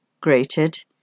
grated